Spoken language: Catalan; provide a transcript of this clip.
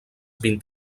vint